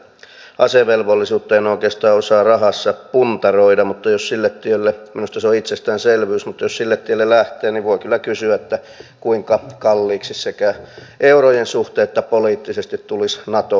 tätä yleistä asevelvollisuutta en oikeastaan osaa rahassa puntaroida mutta jos sille tielle minusta se on itsestäänselvyys lähtee niin voi kyllä kysyä kuinka kalliiksi sekä eurojen suhteen että poliittisesti tulisi nato armeija